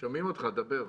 שומעים אותך, דבר.